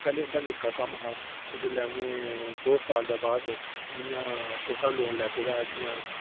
पैह्लें उंदा निक्का कम्म हा ते भी उ'नें दौ साल बाद जि'यां छोटा लोन लैते दा जि'यां